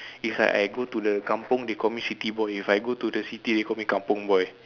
is like I go to the kampung they call me city boy if I go to the city they call me kampung boy